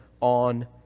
on